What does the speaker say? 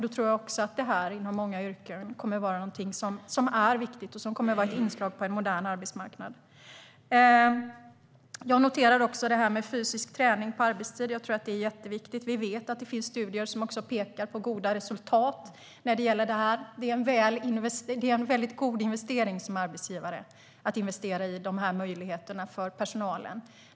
Då tror jag att detta inom många yrken kommer att vara någonting som är viktigt och som kommer att vara ett inslag på en modern arbetsmarknad. Jag noterar också förslaget om fysisk träning på arbetstid. Det tror jag är jätteviktigt. Det finns studier som pekar på goda resultat när det gäller detta. Det är en mycket god investering för arbetsgivare att investera i sådana möjligheter för personalen.